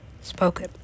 spoken